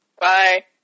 Bye